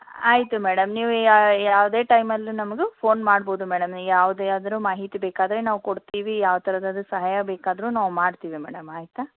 ಆಯಿತು ಮೇಡಮ್ ನೀವು ಯಾ ಯಾವುದೇ ಟೈಮಲ್ಲೂ ನಮಗೂ ಫೋನ್ ಮಾಡಬಹುದು ಮೇಡಮ್ ನೀವು ಯಾವುದೇ ಆದರೂ ಮಾಹಿತಿ ಬೇಕಾದರೆ ನಾವು ಕೊಡ್ತೀವಿ ಯಾವ ಥರದ್ದಾದ್ರು ಸಹಾಯ ಬೇಕಾದರೂ ನಾವು ಮಾಡ್ತೀವಿ ಮೇಡಮ್ ಆಯಿತಾ